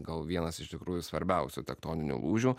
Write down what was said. gal vienas iš tikrųjų svarbiausių tektoninių lūžių